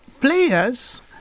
players